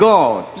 God